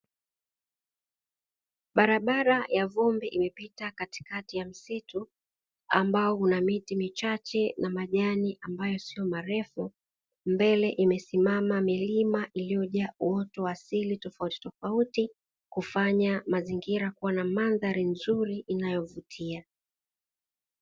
Barabara ya vumbi imepita katikati ya msitu, ambao una miti michache na majani ambayo ni marefu. Mbele imesimama milima iliyojaa uoto wa asili tofautitofauti, kufanya mazingira kuwa na mandhari nzuri inayovutia.